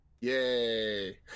Yay